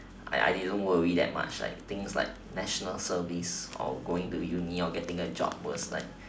I I didn't worry that much like things like national service or going to uni or getting a job was like